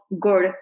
Good